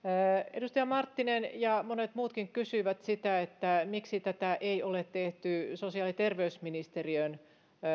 edustaja marttinen ja monet muutkin kysyivät sitä miksi tätä ei ole tehty sosiaali ja terveysministeriön